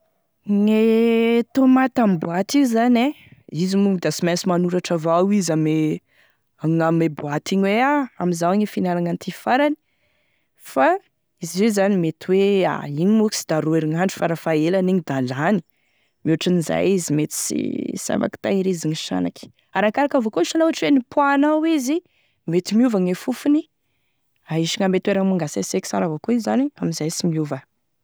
Gne tomaty ame boaty io zany e izy moa da sy mainsy manoratra avao izy ame gn'ame boaty igny hoe ah amizao e finanagny an'ity farany fa izy io zany mety hoe a igny moa sy da roa herignandro farafaha elany iny da lany mihotry ny izay izy mety sy sy afaky tehirizigny sanaky arakaraky avao koa sa la ohatry hoe nipoanao izy mety miova gne fofony, ahisigny ame toeragny mangeseseky sara avao koa izy zany amizay sy miova.